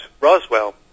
Roswell